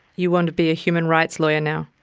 you want to be a human rights lawyer now?